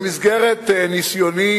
במסגרת ניסיוני